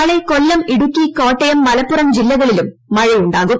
നാളെ കൊല്ലം ഇടുക്കി കോട്ടയം മലപ്പുറം ജില്ലകളിലും മഴയുണ്ടാകും